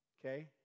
Okay